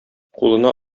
кулына